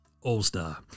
All-star